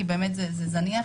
עד 42 אסירים,